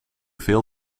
veel